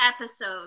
episode